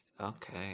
Okay